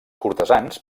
cortesans